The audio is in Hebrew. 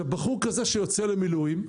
בחור כזה שיוצא למילואים,